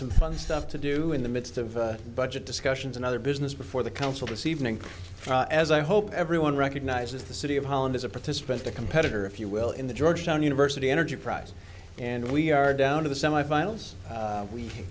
some fun stuff to do in the midst of budget discussions and other business before the council to see evening as i hope everyone recognizes the city of holland as a participant a competitor if you will in the georgetown university energy prize and we are down to the semi finals